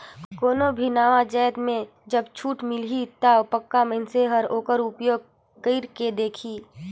कोनो भी नावा जाएत में जब छूट मिलही ता पक्का मइनसे हर ओकर उपयोग कइर के देखही